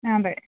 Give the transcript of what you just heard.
അതെ